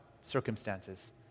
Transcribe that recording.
circumstances